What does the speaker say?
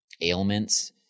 ailments